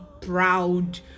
proud